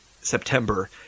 September